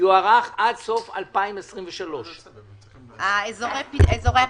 יוארך עד סוף 2023. אזורי הפיתוח.